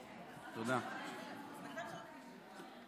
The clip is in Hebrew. אני חוזר: